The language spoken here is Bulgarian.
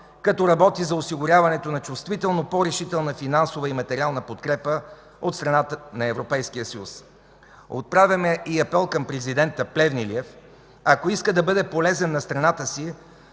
като работи за осигуряването на чувствително по-решителна финансова и материална подкрепа от страна на Европейския съюз. Отправяме и апел към президента Плевнелиев: ако иска да бъде полезен на страната си,